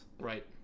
Right